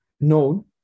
known